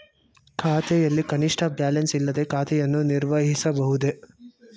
ಖಾತೆಯಲ್ಲಿ ಕನಿಷ್ಠ ಬ್ಯಾಲೆನ್ಸ್ ಇಲ್ಲದೆ ಖಾತೆಯನ್ನು ನಿರ್ವಹಿಸಬಹುದೇ?